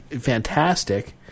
fantastic